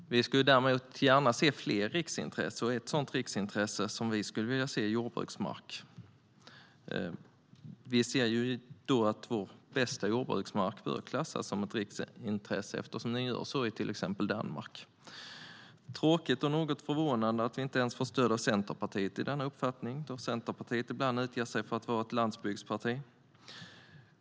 Vi skulle däremot gärna se fler riksintressen. Ett sådant som vi skulle vilja se är jordbruksmark. Vi anser att vår bästa jordbruksmark bör klassas som riksintresse, som man gör i till exempel Danmark. Det är tråkigt och något förvånande att vi inte ens får stöd av Centerpartiet i denna uppfattning, då Centerpartiet ibland utger sig för att vara ett landsbygdsparti.